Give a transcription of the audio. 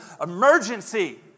emergency